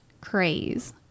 craze